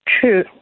true